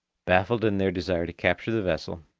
baffled in their desire to capture the vessel,